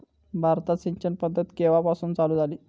भारतात सिंचन पद्धत केवापासून चालू झाली?